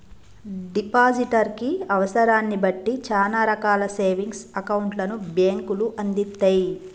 depositor కి అవసరాన్ని బట్టి చానా రకాల సేవింగ్స్ అకౌంట్లను బ్యేంకులు అందిత్తయ్